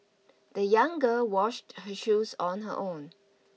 the young girl washed her shoes on her own